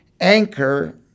anchor